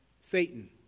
Satan